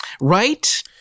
Right